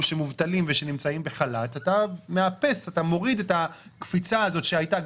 שמובטלים ושנמצאים בחל"ת אתה מוריד את הקפיצה הזאת שהייתה.